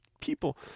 People